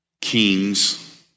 kings